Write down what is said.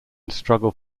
struggle